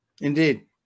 Indeed